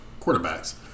quarterbacks